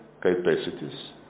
capacities